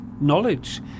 knowledge